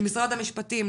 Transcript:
למשרד המשפטים,